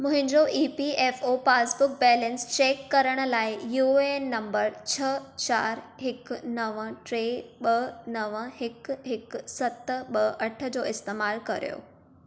मुंहिंजो E P F O passbook balance check करण लाइ यू ए एन नंबर छह चारि हिकु नव टे ॿ नव हिकु हिकु सत ॿ अठ जो इस्तेमालु करियो